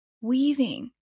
weaving